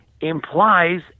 implies